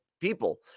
people